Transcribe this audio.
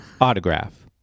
Autograph